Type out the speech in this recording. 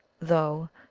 though,